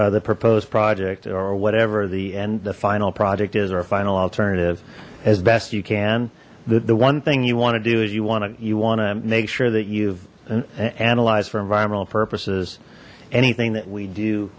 the proposed project or whatever the end the final project is our final alternative as best you can the one thing you want to do is you want to you want to make sure that you've analyzed for environmental purposes anything that we do